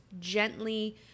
gently